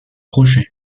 crochets